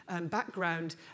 background